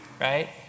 Right